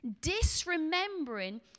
disremembering